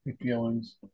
feelings